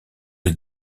les